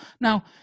Now